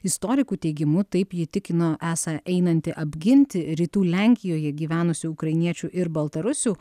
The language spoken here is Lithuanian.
istorikų teigimu taip ji tikino esą einanti apginti rytų lenkijoje gyvenusių ukrainiečių ir baltarusių